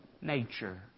nature